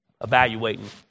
evaluating